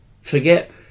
Forget